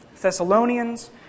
Thessalonians